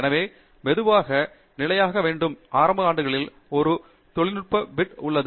எனவே மெதுவாக நிலையாக்க வேண்டும் ஆரம்ப ஆண்டுகளில் ஒரு நெகிழ்வு ஒரு பிட் உள்ளது